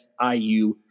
FIU